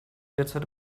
derzeit